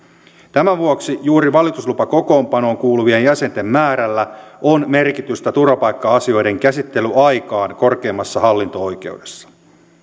tämän vuoksi juuri valituslupakokoonpanoon kuuluvien jäsenten määrällä on merkitystä turvapaikka asioiden käsittelyaikaan korkeimmassa hallinto oikeudessa